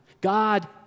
God